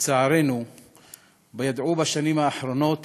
שלצערנו ידעו בשנים האחרונות